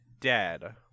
dead